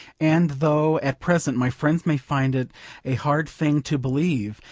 and, though at present my friends may find it a hard thing to believe,